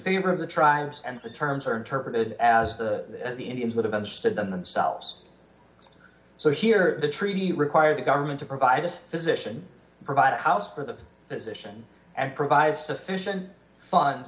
favor of the tribes and the terms are interpreted as the as the indians would have understood them themselves so here are the treaty require the government to provide this physician provide a house for the physician and provide sufficient funds